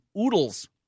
oodles